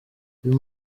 uyu